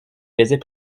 faisait